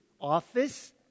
office